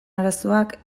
arazoak